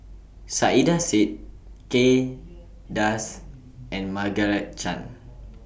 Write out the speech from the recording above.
Saiedah Said Kay Das and Margaret Chan